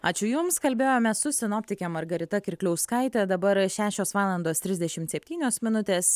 ačiū jums kalbėjome su sinoptike margarita kirkliauskaite dabar šešios valandos trisdešimt septynios minutės